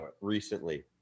recently